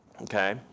Okay